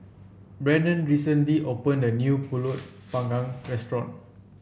Brannon recently opened a new pulut Panggang restaurant